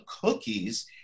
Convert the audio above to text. cookies